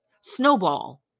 snowball